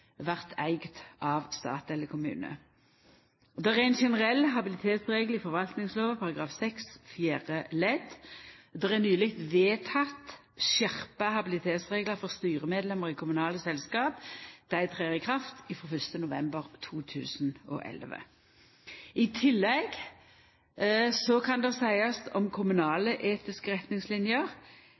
av stat eller kommune. Det er ein generell habilitetsregel i forvaltningslova § 6 fjerde ledd. Det er nyleg vedteke skjerpa habilitetsreglar for styremedlemmer i kommunale selskap. Dei trer i kraft frå 1. november 2011. I tillegg kan det seiast om kommunale etiske retningslinjer